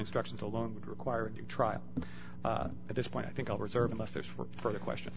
instructions alone would require a new trial at this point i think i'll reserve unless there's for further question